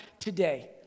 today